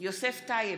יוסף טייב,